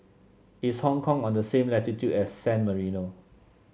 is Hong Kong on the same latitude as San Marino